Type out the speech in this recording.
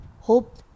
Hope